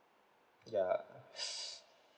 yeah